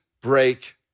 break